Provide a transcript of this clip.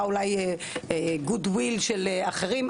היה אולי בגישה של להחרים,